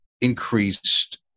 increased